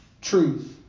truth